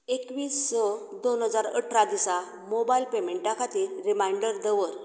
एकवीस स दोन हजार अठरा दिसा मोबायल पेमेंटा खातीर रिमांयडर दवर